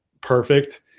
perfect